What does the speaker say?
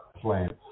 plants